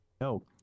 No